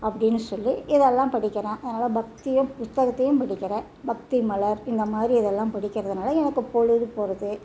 அப்படீன்னு சொல்லி இதெல்லாம் படிக்கிறேன் அதனால் பக்தியும் புத்தகத்தையும் படிக்கிறேன் பக்தி மலர் இந்தமாதிரி இதெல்லாம் படிக்கிறதுனால எனக்குப் பொழுது போகிறது